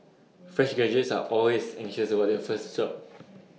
fresh graduates are always anxious about their first job